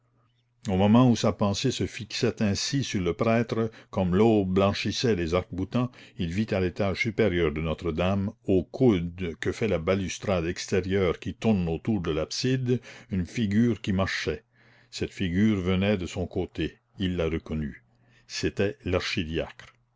au moment où sa pensée se fixait ainsi sur le prêtre comme l'aube blanchissait les arcs-boutants il vit à l'étage supérieur de notre-dame au coude que fait la balustrade extérieure qui tourne autour de l'abside une figure qui marchait cette figure venait de son côté il la reconnut c'était